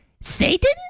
Satan